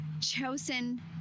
chosen